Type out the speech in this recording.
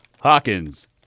Hawkins